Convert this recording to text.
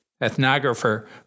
Ethnographer